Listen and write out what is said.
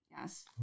yes